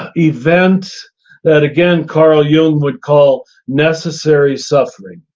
and event that again karl jung would call necessary suffering.